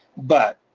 but